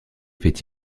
fait